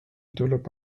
tuleb